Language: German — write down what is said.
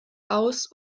aus